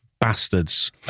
bastards